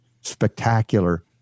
spectacular